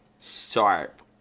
sharp